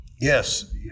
Yes